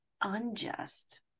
unjust